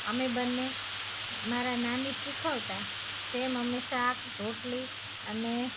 અમે બંને મારા નાની શીખવતા તેમ અમે શાક રોટલી અને